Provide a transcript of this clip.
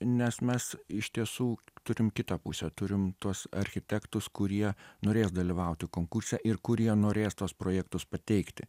nes mes iš tiesų turim kitą pusę turim tuos architektus kurie norės dalyvauti konkurse ir kurie norės tuos projektus pateikti